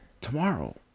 Tomorrow